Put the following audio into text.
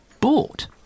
bought